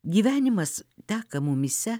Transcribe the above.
gyvenimas teka mumyse